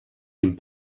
dem